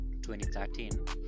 2013